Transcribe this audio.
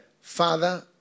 Father